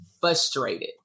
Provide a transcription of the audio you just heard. frustrated